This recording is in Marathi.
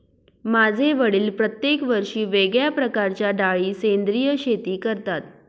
माझे वडील प्रत्येक वर्षी वेगळ्या प्रकारच्या डाळी सेंद्रिय शेती करतात